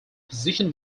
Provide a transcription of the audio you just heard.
position